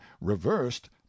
reversed